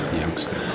youngster